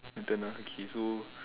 my turn ah okay so